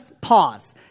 pause